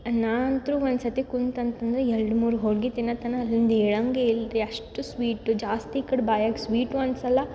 ನಾ ಅಂತು ಒಂದ್ಸತಿ ಕುಂತಂತಂದರೆ ಎರಡು ಮೂರು ಹೋಳ್ಗೆ ತಿನ್ನೋತನಕ ಅಲ್ಲಿಂದ ಏಳೋಂಗೆ ಇಲ್ರಿ ಅಷ್ಟು ಸ್ವೀಟ್ ಜಾಸ್ತಿ ಈಕಡೆ ಬಾಯಾಗ್ ಸ್ವೀಟು ಅನ್ಸೋಲ್ಲ